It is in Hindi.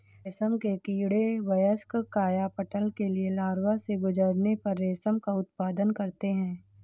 रेशम के कीड़े वयस्क कायापलट के लिए लार्वा से गुजरने पर रेशम का उत्पादन करते हैं